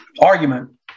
argument